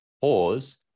pause